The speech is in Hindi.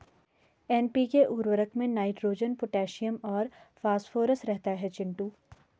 एन.पी.के उर्वरक में नाइट्रोजन पोटैशियम और फास्फोरस रहता है चिंटू